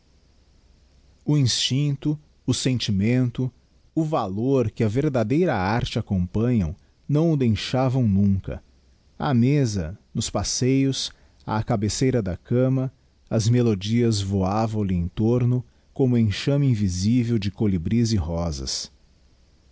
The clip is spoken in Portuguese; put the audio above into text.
o instincto o sentimento o valor que á verdadeira arte acompanham não o deixavam nunca a meza nos passeios á cabeceira da cama as melodias voavamihe em torno como enxame invisível de colibris e rosas